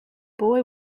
boy